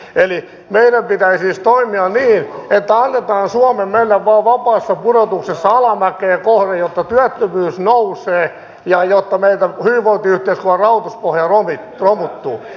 eli meidän pitäisi siis toimia niin että annetaan suomen mennä vain vapaassa pudotuksessa alamäkeä kohden jotta työttömyys nousee ja jotta meidän hyvinvointiyhteiskunnan rahoituspohja romuttuu